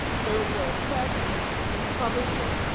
third world press publisher,